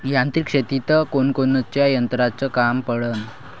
यांत्रिक शेतीत कोनकोनच्या यंत्राचं काम पडन?